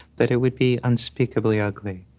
that it would be unspeakably ugly.